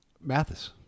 Mathis